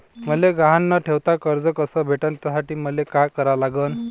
मले गहान न ठेवता कर्ज कस भेटन त्यासाठी मले का करा लागन?